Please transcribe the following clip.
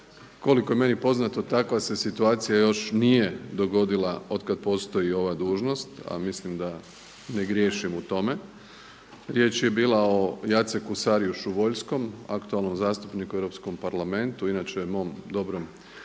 Koliko je meni poznato takva se situacija još nije dogodila od kad postoji ova dužnost, a mislim da ne griješim u tome. Riječ je bila o Jaceku Saryuszu Wolskom aktualnom zastupniku u Europskom parlamentu inače mom dobrom kolegi